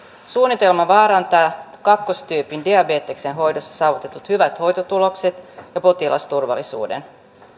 suunnitelma vaarantaa kakkostyypin diabeteksen hoidossa saavutetut hyvät hoitotulokset ja potilasturvallisuuden